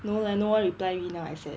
no leh no one reply me now I sad